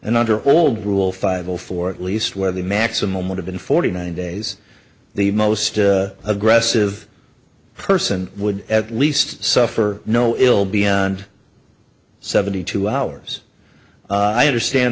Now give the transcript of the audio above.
and under old rule five will for at least where the maximum would have been forty nine days the most aggressive person would at least suffer no ill beyond seventy two hours i understand